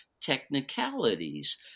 technicalities